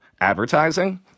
advertising